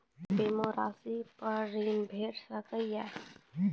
बीमा रासि पर ॠण भेट सकै ये?